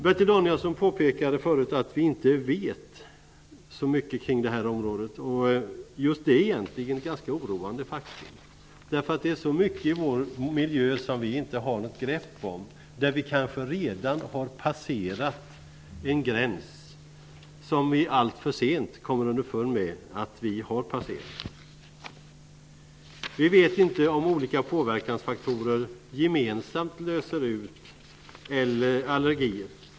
Bertil Danielsson påpekade förut att vi inte vet så mycket kring detta. Just det är ganska oroande. Det är så mycket i vår miljö som vi inte har något grepp om, där vi kanske redan har passerat en gräns som vi alltför sent kommer underfund med att vi har passerat. Vi vet inte om olika påverkansfaktorer gemensamt löser ut allergier.